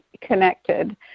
connected